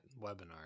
webinar